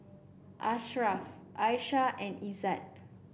Asharaff Aisyah and Izzat